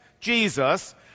Jesus